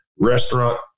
restaurant